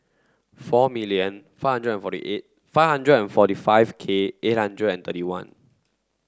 four million five hundred and forty eight five hundred and forty five K eight hundred and thirty one